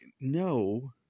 no